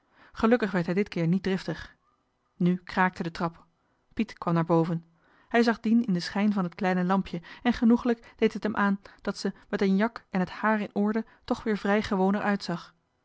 gelukkig werd hij dit keer niet driftig nu kraakte de trap piet kwam naar boven hij zag dien in den schijn van het kleine lampje en genoegelijk deed het hem aan dat ze met een jak en het haar in orde toch weer vrij gewoon er uitzag